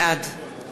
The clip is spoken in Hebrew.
בעד